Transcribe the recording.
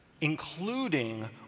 including